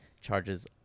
charges